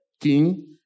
king